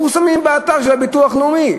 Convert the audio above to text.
מתפרסמים באתר של הביטוח הלאומי.